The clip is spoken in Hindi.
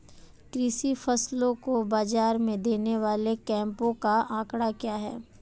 कृषि फसलों को बाज़ार में देने वाले कैंपों का आंकड़ा क्या है?